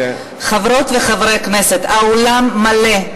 חברות וחברי הכנסת, האולם מלא,